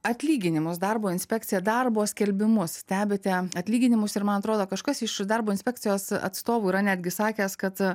atlyginimas darbo inspekcija darbo skelbimus stebite atlyginimus ir man atrodo kažkas iš darbo inspekcijos atstovų yra netgi sakęs kad